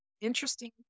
interesting